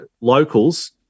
locals